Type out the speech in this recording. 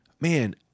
Man